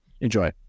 enjoy